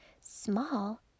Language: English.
Small